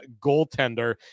goaltender